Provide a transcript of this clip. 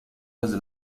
desde